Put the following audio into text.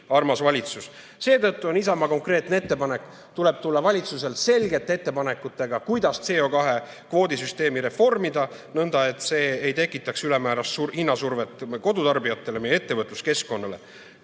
armas valitsus. Seetõttu on Isamaa konkreetne ettepanek: valitsusel tuleb tulla selgete ettepanekutega, kuidas CO2kvoodi süsteemi reformida, nõnda et see ei tekitaks ülemäära suurt hinnasurvet kodutarbijatele ega meie ettevõtluskeskkonnale.